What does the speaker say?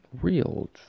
real